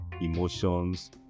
emotions